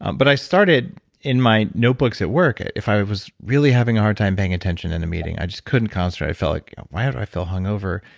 but i started in my notebooks at work, if i was really having a hard time paying attention in a meeting, i just couldn't concentrate. i felt like, why do i feel hungover?